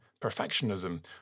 perfectionism